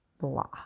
blah